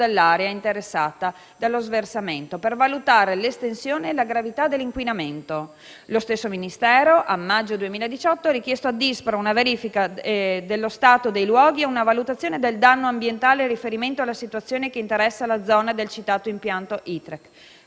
dell'area interessata dallo sversamento per valutare l'estensione e la gravità dell'inquinamento. Lo stesso Ministero, nel maggio 2018, ha richiesto ad ISPRA una verifica dello stato dei luoghi e una valutazione del danno ambientale in riferimento alla situazione che interessa la zona del citato impianto ITREC,